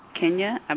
Kenya